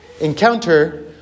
encounter